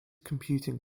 computing